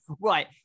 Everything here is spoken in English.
right